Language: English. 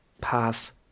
pass